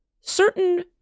certain